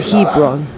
Hebron